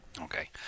Okay